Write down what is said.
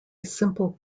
simple